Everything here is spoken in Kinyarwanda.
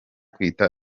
kwita